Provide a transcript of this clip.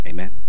Amen